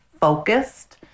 focused